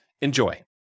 Enjoy